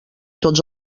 tots